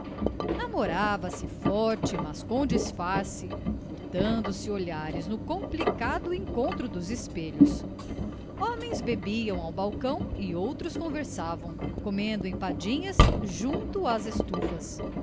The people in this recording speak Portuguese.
namorava se forte mas com disfarce furtando-se olhares no complicado encontro dos espelhos homens bebiam ao balcão e outros conversavam comendo empadinhas junto às estufas